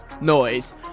noise